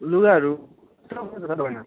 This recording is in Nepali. लुगाहरू